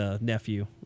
nephew